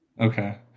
Okay